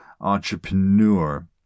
entrepreneur